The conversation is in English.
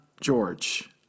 George